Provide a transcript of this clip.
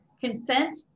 consent